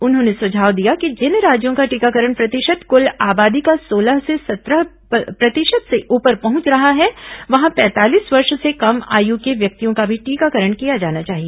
उन्होंने सुझाव दिया कि जिन राज्यों का टीकाकरण प्रतिशत कुल आबादी का सोलह से सत्रह प्रतिशत से ऊपर पहुंच रहा है वहां पैंतालीस वर्ष से कम आयु के व्यक्तियों का भी टीकाकरण किया जाना चाहिए